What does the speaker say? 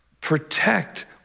protect